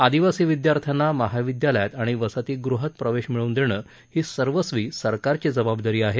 आदिवासी विद्यार्थ्यांना महाविद्यालयात आणि वसतीगृहात प्रवेश मिळवून देणं ही सर्वस्वी सरकारची जबाबदारी आहे